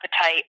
appetite